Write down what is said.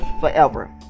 forever